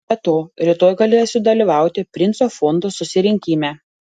be to rytoj galėsiu dalyvauti princo fondo susirinkime